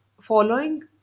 following